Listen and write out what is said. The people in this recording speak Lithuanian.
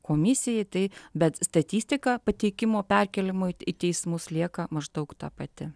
komisijai tai bet statistika pateikimo perkėlimui į teismus lieka maždaug ta pati